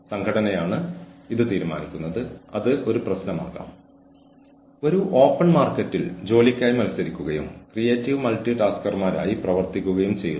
തുടർന്ന് കുറച്ച് സമയത്തിന് ശേഷം നമ്മൾ അത് വീണ്ടും സന്ദർശിക്കുകയും അവലോകനം ചെയ്യുകയും ചെയ്യുന്നു